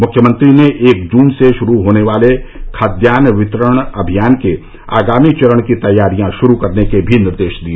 मुख्यमंत्री ने एक जून से शुरू होने वाले खाद्यान्न वितरण अभियान के आगामी चरण की तैयारियां शुरू करने के भी निर्देश दिए